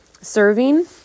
serving